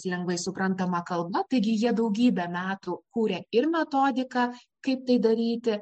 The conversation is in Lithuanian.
lengvai suprantama kalba taigi jie daugybę metų kūrė ir metodiką kaip tai daryti